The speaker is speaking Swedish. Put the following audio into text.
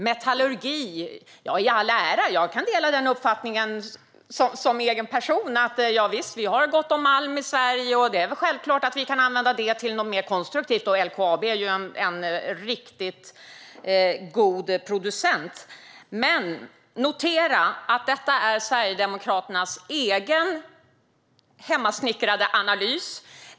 Metallurgi i all ära - jag kan personligen dela den uppfattningen. Vi har gott om malm i Sverige, och det är väl självklart att vi kan använda den till något mer konstruktivt. LKAB är ju en riktigt god producent. Men notera att detta är Sverigedemokraternas egen, hemmasnickrade analys.